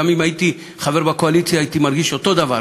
אם הייתי חבר בקואליציה הייתי מרגיש אותו דבר,